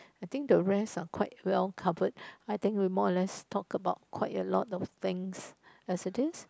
I think the rest are quite well covered I think we more or less talk about quite more a lot of things as it is